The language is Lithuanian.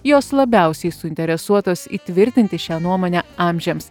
jos labiausiai suinteresuotos įtvirtinti šią nuomonę amžiams